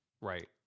Right